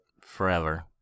forever